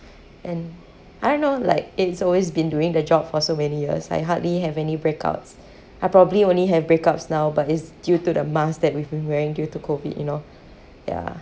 and I don't know like it's always been doing the job for so many years I hardly have any breakouts I probably only have breakouts now but it's due to the mask that we've been wearing due to COVID you know ya